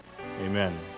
Amen